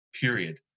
period